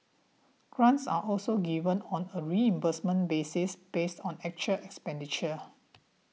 grants are also given on a reimbursement basis based on actual expenditure